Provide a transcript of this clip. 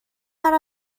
out